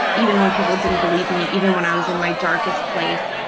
even when people didn't believe me, even when i was in my darkest place,